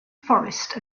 forest